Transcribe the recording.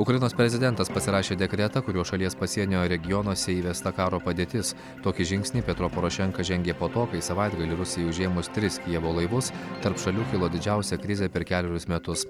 ukrainos prezidentas pasirašė dekretą kuriuo šalies pasienio regionuose įvesta karo padėtis tokį žingsnį petro porošenka žengė po to kai savaitgalį rusijai užėmus tris kijevo laivus tarp šalių kilo didžiausia krizė per kelerius metus